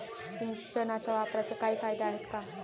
सिंचनाच्या वापराचे काही फायदे आहेत का?